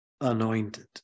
anointed